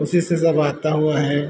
उसी से सब आता हुआ है